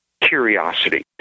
curiosity